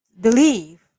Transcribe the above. believe